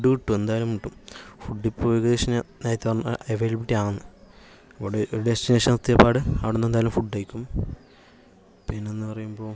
food food കിട്ടും എന്തായാലും കിട്ടും ഫുഡ് ഇപ്പോൾ ഏകദേശ നേരത്തെ പറഞ്ഞ അവൈലബിലിറ്റിയാന്ന് അവിടെ ഡെസ്റ്റിനേഷൻ എത്തിയപാട് അവിടെന്ന് എന്തായാലും ഫുഡ് കഴിക്കും പിന്നെ എന്ന് പറയുമ്പോൾ